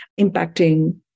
impacting